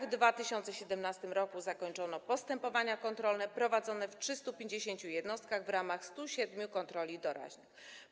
W 2017 r. zakończono postępowania kontrolne prowadzone w 350 jednostkach w ramach 107 kontroli doraźnych.